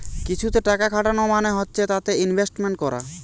কিছুতে টাকা খাটানো মানে হচ্ছে তাতে ইনভেস্টমেন্ট করা